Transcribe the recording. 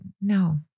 no